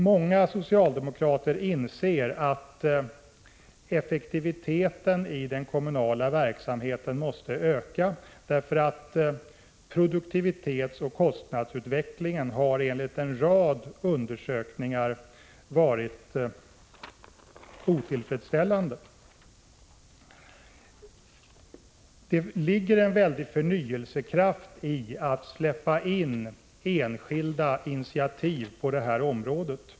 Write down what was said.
Många socialdemokrater inser att effektiviteten i den kommunala verksamheten måste öka, eftersom produktivitetsoch kostnadsutvecklingen enligt en rad undersökningar har varit otillfredsställande. Det ligger en väldig förnyelsekraft i att släppa in enskilda initiativ på det här området.